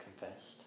confessed